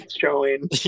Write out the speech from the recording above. showing